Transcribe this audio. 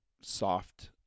soft